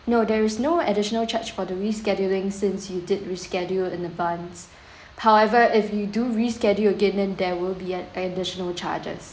no there is no additional charge for the rescheduling since you did reschedule in advance however if you do reschedule again then there will be an additional charges